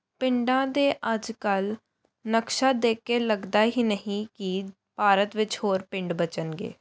ਪਿੰਡਾਂ ਦੇ ਅੱਜ ਕੱਲ੍ਹ ਨਕਸ਼ਾ ਦੇਖ ਕੇ ਲੱਗਦਾ ਹੀ ਨਹੀਂ ਕਿ ਭਾਰਤ ਵਿੱਚ ਹੋਰ ਪਿੰਡ ਬਚਣਗੇ